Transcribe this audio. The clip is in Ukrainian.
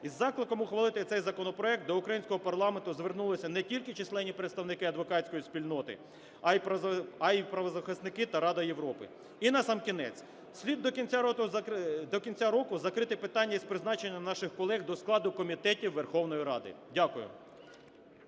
Із закликом ухвалити цей законопроект до українського парламенту звернулися не тільки численні представники адвокатської спільноти, а й правозахисники та Рада Європи. І насамкінець. Слід до кінця року закрити питання з призначення наших колег до складу комітетів Верховної Ради. Дякую.